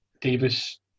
Davis